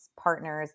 partners